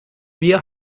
wir